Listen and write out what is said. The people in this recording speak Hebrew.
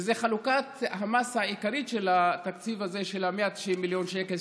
שזה חלוקת המס העיקרית של התקציב הזה של 190 מיליון שקל,